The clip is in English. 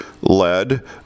lead